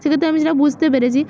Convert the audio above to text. সেক্ষেত্রে আমি যেটা বুঝতে পেরেছি